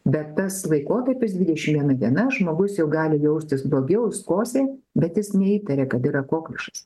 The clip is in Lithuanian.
bet tas laikotarpis dvidešimt viena diena žmogus jau gali jaustis blogiau jis kosi bet jis neįtaria kad yra kokliušas